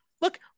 Look